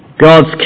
God's